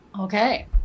Okay